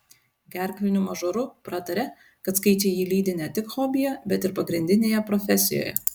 gerkliniu mažoru pratarė kad skaičiai jį lydi ne tik hobyje bet ir pagrindinėje profesijoje